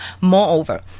Moreover